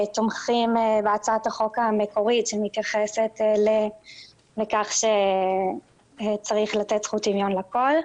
תומכים בהצעת החוק המקורית שמתייחסת לכך שצריך לתת שוויון לכול,